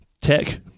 tech